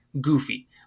goofy